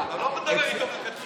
אתה לא מדבר איתו מלכתחילה.